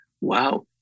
wow